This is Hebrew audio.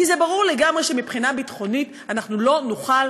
כי זה ברור לגמרי שמבחינה ביטחונית אנחנו לא נוכל,